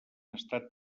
estat